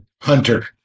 Hunter